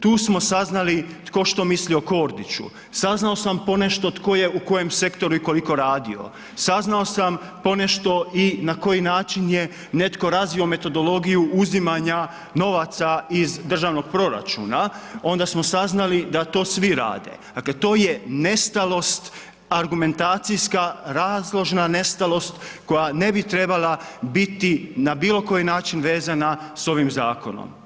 Tu smo saznali tko što misli o Kordiću, saznao sam ponešto tko je u kojem sektoru i koliko radio, saznao sam ponešto i na koji način je netko razvio metodologiju uzimanja novaca iz državnog proračuna, onda smo saznali da to svi rade, dakle, to je nestalost, argumentacijska razložna nestalost koja ne bi trebala biti na bilo koji način vezana s ovim zakonom.